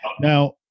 Now